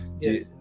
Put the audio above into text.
Yes